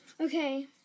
Okay